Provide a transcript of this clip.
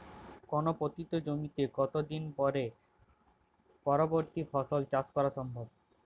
কোনো পতিত জমিতে কত দিন পরে পরবর্তী ফসল চাষ করা সম্ভব?